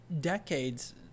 decades